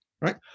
right